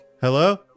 Hello